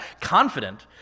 Confident